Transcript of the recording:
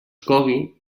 cogui